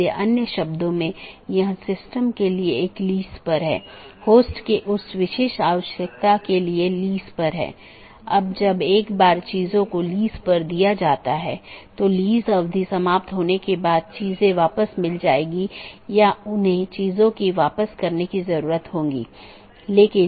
इसलिए पथ का वर्णन करने और उसका मूल्यांकन करने के लिए कई पथ विशेषताओं का उपयोग किया जाता है और राउटिंग कि जानकारी तथा पथ विशेषताएं साथियों के साथ आदान प्रदान करते हैं इसलिए जब कोई BGP राउटर किसी मार्ग की सलाह देता है तो वह मार्ग विशेषताओं को किसी सहकर्मी को विज्ञापन देने से पहले संशोधित करता है